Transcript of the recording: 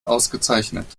ausgezeichnet